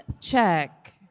check